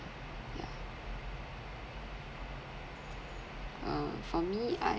yeah uh for me I